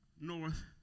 north